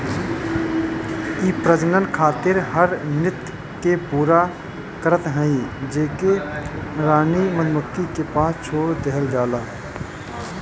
इ प्रजनन खातिर हर नृत्य के पूरा करत हई जेके रानी मधुमक्खी के पास छोड़ देहल जाला